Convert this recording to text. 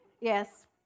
Yes